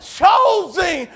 chosen